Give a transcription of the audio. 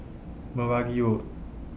Meragi Road